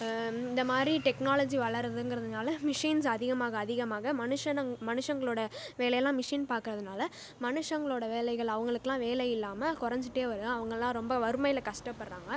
இந்தமாதிரி டெக்னாலஜி வளருதுங்கிறதுனால மிஷின்ஸ் அதிகமாக அதிகமாக மனுஷங் மனுஷங்களோடய வேலையெல்லாம் மிஷின் பார்க்கறதுனால மனுஷங்களோடய வேலைகள் அவர்களுக்குலாம் வேலை இல்லாமல் குறஞ்சிட்டே வருது அவங்கலாம் ரொம்ப வறுமையில் கஷ்டப்படுகிறாங்க